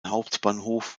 hauptbahnhof